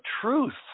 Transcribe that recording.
truth